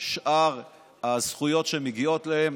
שאר הזכויות שמגיעות להם,